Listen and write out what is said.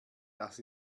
das